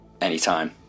anytime